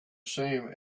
same